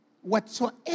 whatsoever